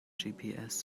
gps